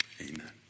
Amen